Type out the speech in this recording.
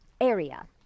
area